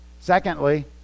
Secondly